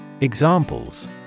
Examples